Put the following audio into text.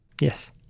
Yes